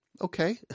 Okay